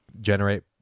generate